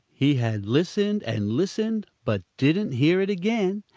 he had listened and listened but didn't hear it again,